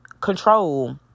control